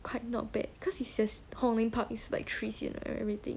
quite not bad cause it's just hong lim park is like trees you know everything